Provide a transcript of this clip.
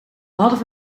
hadden